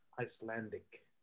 Icelandic